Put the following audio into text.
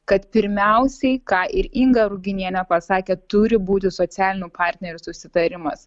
kad pirmiausiai ką ir inga ruginienė pasakė turi būti socialinių partnerių susitarimas